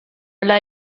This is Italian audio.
alla